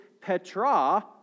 Petra